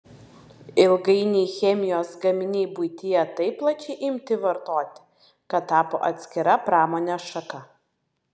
ilgainiui chemijos gaminiai buityje taip plačiai imti vartoti kad tapo atskira pramonės šaka